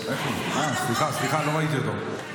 סליחה, לא ראיתי אותו.